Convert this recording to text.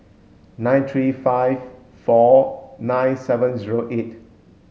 nine three five four nine seven zero eight